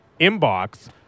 inbox